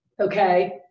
okay